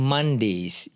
Mondays